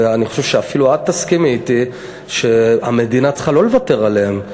ואני חושב שאפילו את תסכימי אתי שהמדינה צריכה לא לוותר עליהם.